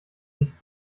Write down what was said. nichts